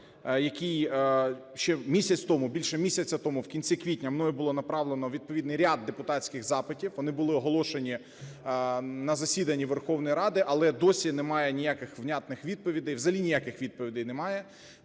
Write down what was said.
який ще місяць тому, більше місяця тому, в кінці квітня мною було направлено відповідний ряд депутатських запитів, вони були оголошені на засіданні Верховної Ради, але досі немає ніяких внятних відповідей, взагалі ніяких відповідей немає.